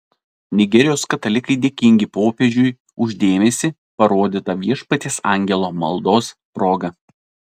nigerijos katalikai dėkingi popiežiui už dėmesį parodytą viešpaties angelo maldos proga